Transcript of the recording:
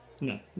No